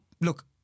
look